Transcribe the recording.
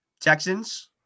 Texans